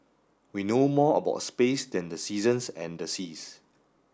we know more about space than the seasons and the seas